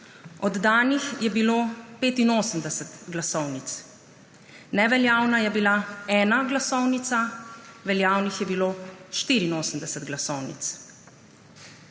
oddanih je bilo 85 glasovnic. Neveljavna je bila 1 glasovnica, veljavnih je bilo 84 glasovnic.